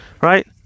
right